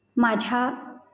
माझ्या